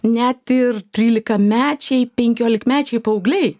net ir trylikamečiai penkiolikmečiai paaugliai